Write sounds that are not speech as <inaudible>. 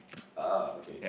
<noise> ah okay